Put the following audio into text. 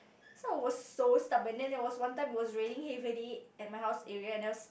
so I was so stubborn then there was one time it was raining heavily at my house area and I was